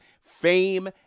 fame